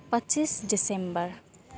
पच्चिस दिसम्बर